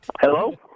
Hello